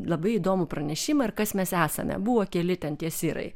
labai įdomų pranešimą ar kas mes esame buvo keli ten tie sirai